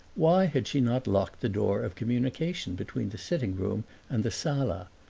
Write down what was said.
why had she not locked the door of communication between the sitting room and the sala?